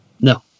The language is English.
no